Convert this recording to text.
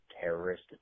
terrorist